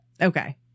Okay